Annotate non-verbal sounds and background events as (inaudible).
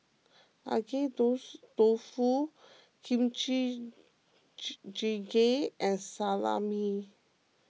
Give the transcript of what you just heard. Agedashi Dofu Kimchi (unintelligible) Jjigae and Salami